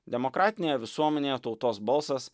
demokratinėje visuomenėje tautos balsas